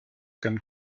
comme